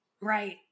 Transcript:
Right